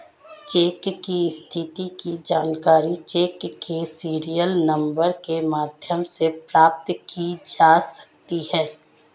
check की स्थिति की जानकारी चेक के सीरियल नंबर के माध्यम से प्राप्त की जा सकती है